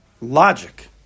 logic